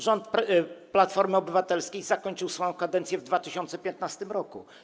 Rząd Platformy Obywatelskiej zakończył swoją kadencję w 2015 r.